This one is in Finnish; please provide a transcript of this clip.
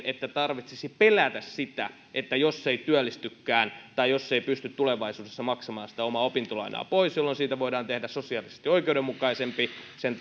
että tarvitsisi pelätä sitä jos ei työllistykään tai jos ei pysty tulevaisuudessa maksamaan sitä omaa opintolainaa pois ja jolloin siitä voidaan tehdä sosiaalisesti oikeudenmukaisempi ja sen